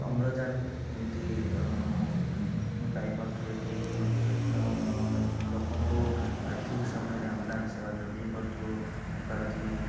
ଅମ୍ଳଜାନ ଯେମତି ହିଁ ପାଇପାରୁଥିବେ ଠିକ୍ ଲୋକଙ୍କୁ ଠିକ୍ ସମୟରେ ଆମ୍ବୁଲାନ୍ସ ସେବା ଯୋଗାଇ ପାରୁଥିବ ପାରୁଥିବି